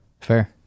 fair